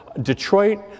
Detroit